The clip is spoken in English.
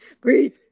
Breathe